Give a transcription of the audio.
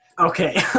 Okay